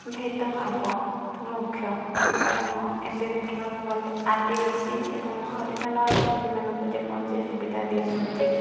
ଭେଦଭାବ ତ ମୁଖ୍ୟ କାରଣ ଏବେ ଦେଖିବାକୁ ଗଲେ ଆଦିବାସୀ ଏବଂ ହରିଜନ ଯାତ୍ରୀମାନଙ୍କୁ ଯେ କୌଣସି ସୁବିଧା ଦିଆଯାଉଛି